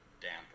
damper